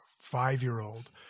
five-year-old